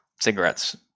cigarettes